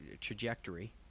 trajectory